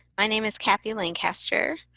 my name is cathy lancaster.